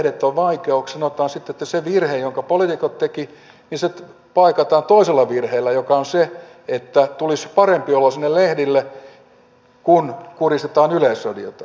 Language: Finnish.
sanotaan sitten että se virhe jonka poliitikot tekivät paikataan toisella virheellä joka on se että tulisi parempi olo sinne lehdille kun kuristetaan yleisradiota